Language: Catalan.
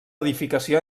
edificació